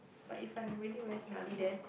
but if I'm really very smelly then